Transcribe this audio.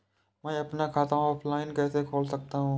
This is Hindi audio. मैं अपना खाता ऑफलाइन कैसे खोल सकता हूँ?